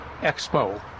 Expo